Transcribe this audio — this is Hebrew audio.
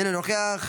אינו נוכח.